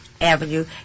Avenue